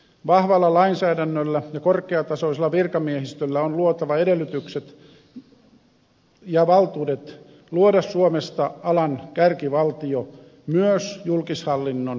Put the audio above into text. vahvalla lainsäädännöllä ja korkeatasoisella virkamiehistöllä on luotava edellytykset ja valtuudet luoda suomesta alan kärkivaltio myös julkishallinnon osalta